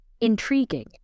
Intriguing